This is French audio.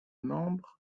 membres